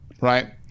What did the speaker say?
right